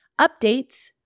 updates